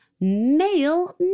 male